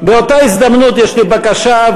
באותה הזדמנות יש לי בקשה,